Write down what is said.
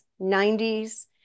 90s